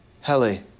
Helly